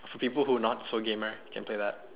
to people who not so gamer can play that